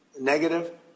negative